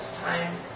time